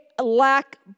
lack